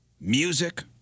Music